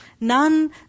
None